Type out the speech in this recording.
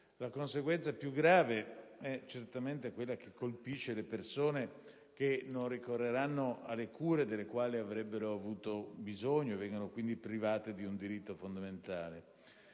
La conseguenza più grave di ciò è certamente quella che colpisce le persone che non ricorreranno alle cure delle quali avrebbero avuto bisogno, venendo così private di un diritto fondamentale.